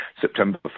September